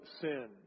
sin